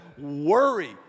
worry